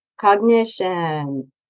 cognition